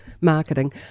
marketing